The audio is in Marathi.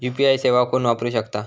यू.पी.आय सेवा कोण वापरू शकता?